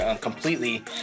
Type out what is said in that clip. completely